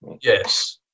Yes